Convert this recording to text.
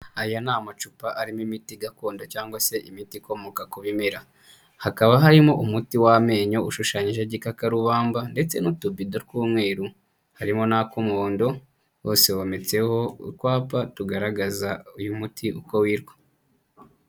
Aya ni amacupa arimo imiti gakondo cyangwa se imiti ikomoka ku bimera. Hakaba harimo umuti w'amenyo ushushanyijeho igikakarubamba ndetse n'utubido tw'umweru. Harimo n'ak'umuhondo, hose wometseho utwapa tugaragaza uyu muti uko witwa.